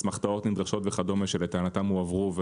אסמכתאות נדרשות וכדומה שלטענתם הועברו.